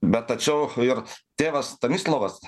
bet tačiau ir tėvas stanislovas